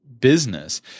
business